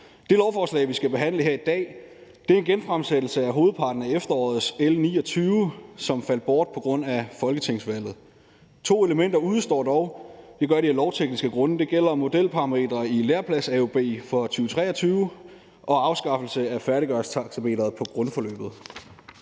Det lovforslag, vi skal behandle her i dag, er en genfremsættelse af hovedparten af efterårets lovforslag nr. L 29, som faldt bort på grund af folketingsvalget. To elementer udestår dog, og det gør de af lovtekniske grunde. Det gælder modelparametrene i læreplads-AUB for 2023 og afskaffelsen af færdiggørelsestaxameteret på grundforløbet.